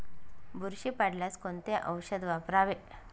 बुरशी पडल्यास कोणते औषध वापरावे?